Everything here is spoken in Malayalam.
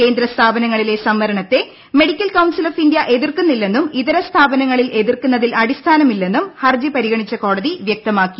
കേന്ദ്രസ്ഥാപനങ്ങളിലെ സംവര ണത്തെ മെഡിക്കൽ കൌൺസിൽ ഓഫ് ഇന്ത്യ എതിർക്കു ന്നില്ലെന്നും ഇതര സ്ഥാപനങ്ങളിൽ എതിർക്കുന്നതിൽ അടിസ്ഥാ നമില്ലെന്നും ഹർജി പരിഗണിച്ചു കോടതി വ്യക്തമാക്കി